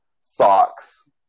socks